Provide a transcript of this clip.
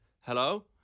hello